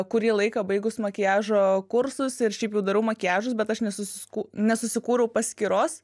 kurį laiką baigus makiažo kursus ir šiaip jau darau makiažus bet aš nesusi ku nesusikūriau paskyros